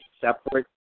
separate